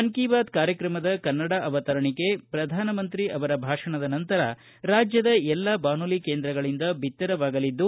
ಮನ್ ಕಿ ಬಾತ್ ಕಾರ್ಯಕ್ರಮದ ಕನ್ನಡ ಅವತರಣಿಕೆ ಪ್ರಧಾನಮಂತ್ರಿ ಅವರ ಭಾಷಣದ ನಂತರ ರಾಜ್ಯದ ಎಲ್ಲಾ ಬಾನುಲಿ ಕೇಂದ್ರಗಳಿಂದ ಬಿತ್ತರವಾಗಲಿದ್ದು